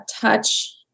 touch